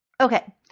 Okay